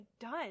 done